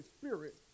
Spirit